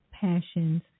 passions